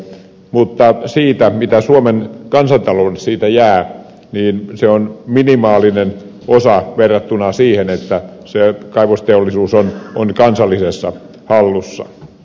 mutta siitä mitä suomen kansantaloudelle siitä jää se on minimaalinen osa verrattuna siihen että se kaivosteollisuus on kansallisessa hallussa